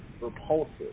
repulsive